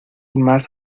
más